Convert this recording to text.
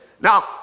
Now